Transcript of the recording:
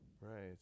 Right